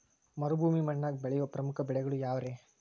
ಮರುಭೂಮಿ ಮಣ್ಣಾಗ ಬೆಳೆಯೋ ಪ್ರಮುಖ ಬೆಳೆಗಳು ಯಾವ್ರೇ?